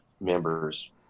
members